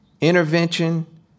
intervention